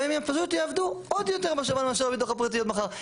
והם פשוט יעבדו עוד יותר בשב"ן מאשר בביטוח הפרטי מחר.